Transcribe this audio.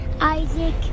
Isaac